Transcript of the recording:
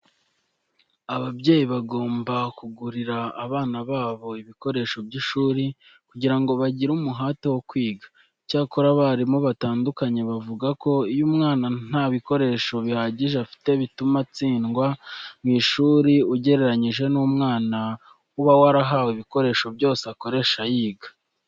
Ababyeyi bagomba kugurira abana babo ibikoresho by'ishuri kugira ngo bagire umuhate wo kwiga. Icyakora abarimu batandukanye bavuga ko iyo umwana nta bikoresho bihagije afite bituma atsindwa mu ishuri ugereranyije n'umwana uba warahawe ibikoresho byose akoresha yiga.